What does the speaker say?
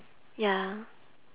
ya